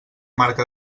marca